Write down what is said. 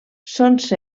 cecs